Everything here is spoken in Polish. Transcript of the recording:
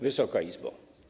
Wysoka Izbo!